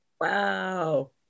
Wow